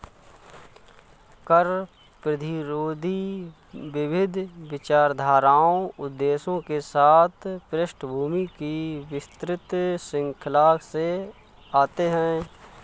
कर प्रतिरोधी विविध विचारधाराओं उद्देश्यों के साथ पृष्ठभूमि की विस्तृत श्रृंखला से आते है